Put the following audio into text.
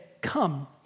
come